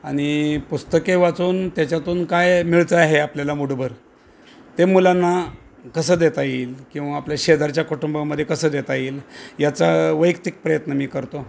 आणि पुस्तके वाचून त्याच्यातून काय मिळतं आहे आपल्याला मूठभर ते मुलांना कसं देता येईल किंवा आपल्या शेजारच्या कुटुंबामध्ये कसं देता येईल याचा वैयक्तिक प्रयत्न मी करतो